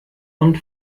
und